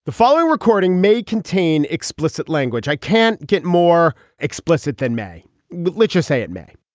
the following recording may contain explicit language i can't get more explicit than may literacy it may